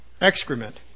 excrement